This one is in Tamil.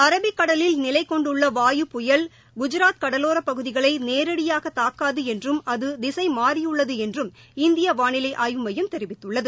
அரபிக் கடலில் நிலை கொண்டுள்ள வாயு புயல் குஜராத் கடலோரப் பகுதிகளை நேரடியாக தாக்காது என்றாலும் அது திசைமாறியுள்ளது என்றும் இந்திய வானிலை ஆய்வு மையம் தெரிவித்துள்ளது